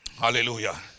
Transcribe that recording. Hallelujah